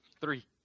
Three